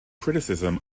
criticism